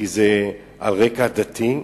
כי זה על רקע דתי,